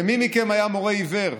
למי מכם היה מורה עיוור?